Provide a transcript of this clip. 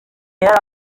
yari